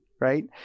right